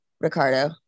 Ricardo